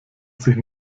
sich